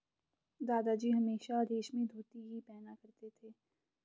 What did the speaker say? दादाजी हमेशा रेशमी धोती ही पहना करते थे